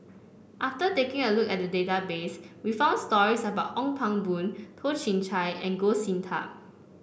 after taking a look at the database we found stories about Ong Pang Boon Toh Chin Chye and Goh Sin Tub